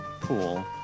pool